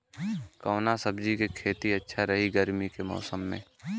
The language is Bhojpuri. कवना सब्जी के खेती अच्छा रही गर्मी के मौसम में?